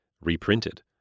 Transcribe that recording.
reprinted